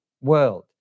world